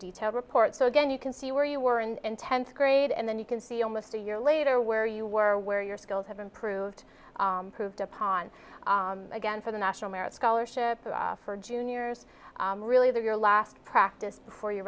detailed report so again you can see where you were and tenth grade and then you can see almost a year later where you were where your skills have improved proved upon again for the national merit scholarship for juniors really they're your last practice before you're